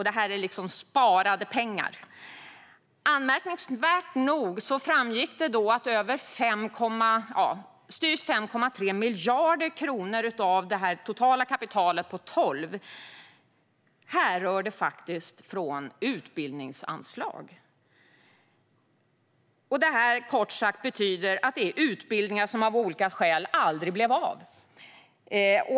Det är sparade pengar. Anmärkningsvärt nog framgick det att styvt 5,3 miljarder kronor av det totala kapitalet på 12 miljarder faktiskt härrörde från utbildningsanslag. Det betyder kort sagt att det är utbildningar som av olika skäl aldrig blev av.